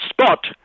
spot